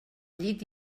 llit